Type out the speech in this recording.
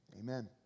Amen